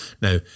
Now